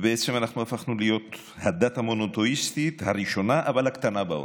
ובעצם הפכנו להיות הדת המונותאיסטית הראשונה אבל הקטנה בעולם.